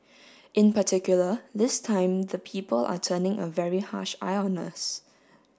in particular this time the people are turning a very harsh eye on us